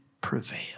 prevail